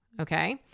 Okay